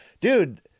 dude